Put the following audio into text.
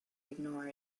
ignore